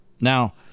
Now